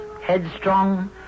headstrong